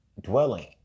dwelling